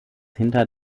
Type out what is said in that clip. hinter